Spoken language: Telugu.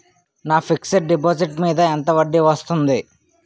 నా ఫిక్సడ్ డిపాజిట్ మీద ఎంత వడ్డీ వస్తుంది?